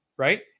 Right